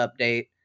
update